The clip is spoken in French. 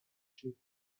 genoux